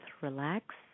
relax